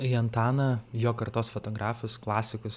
į antaną jo kartos fotografus klasikus